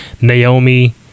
Naomi